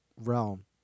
realm